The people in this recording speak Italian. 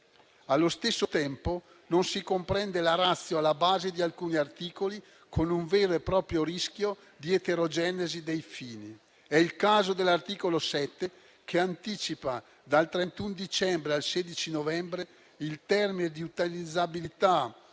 Allo stesso tempo, non si comprende la ratio alla base di alcuni articoli con un vero e proprio rischio di eterogenesi dei fini. È il caso dell’articolo 7, che anticipa dal 31 dicembre al 16 novembre il termine di utilizzabilità